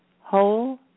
whole